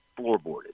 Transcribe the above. floorboarded